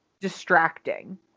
distracting